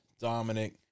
Dominic